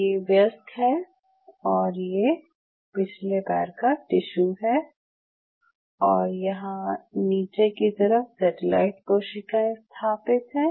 ये व्यस्क है और ये पिछले पैर का टिश्यू है और यहाँ नीचे की तरफ सेटेलाइट कोशिकाएं स्थापित हैं